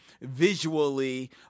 visually